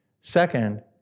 Second